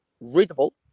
Readable